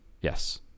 Yes